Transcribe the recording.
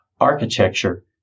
architecture